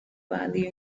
value